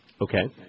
Okay